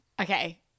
okay